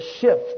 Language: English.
shift